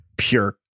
pure